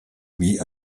wie